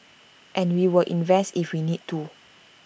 and we will invest if we need to